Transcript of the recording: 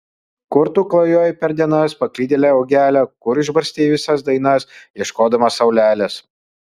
kur tu klajojai per dienas paklydėle uogele kur išbarstei visas dainas ieškodama saulelės